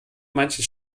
manche